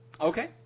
Okay